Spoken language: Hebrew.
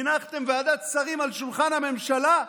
הנחתם ועדת שרים על שולחן הממשלה,